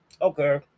okay